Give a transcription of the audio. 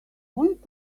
want